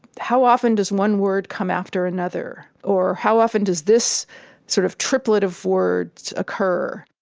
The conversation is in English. how often does one word come after another? or how often does this sort of triplet of words occur?